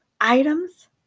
items